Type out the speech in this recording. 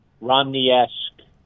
Romney-esque